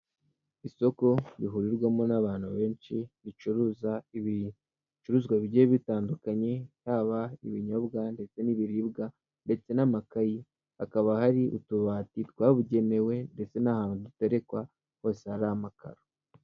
Isoko rihurirwamo n'abantu benshi, ricuruza ibicuruzwa bigiye bitandukanye, haba ibinyobwa ndetse n'ibiribwa, ndetse n'amakayi. Hakaba hari utubati twabugenewe, ndetse n'ahantu duterekwa hose hari amakaro.